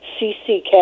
CCK